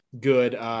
good